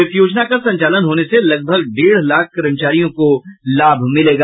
इस योजना का संचालन होने से लगभग डेढ़ लाख कर्मचारियों को लाभ मिलेगा